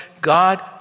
God